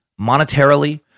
monetarily